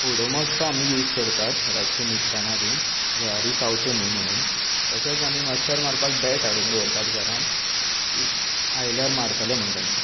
ऑडोमाॅसचो आमी यूज करतात रातचें न्हिदताना बी जळारी चावच्यो न्ही म्हणोन तशेंच आमी मच्छर मारपाक बॅट हाडून दवरतात घरांत की आयल्यार मारतले म्हूण तेंकां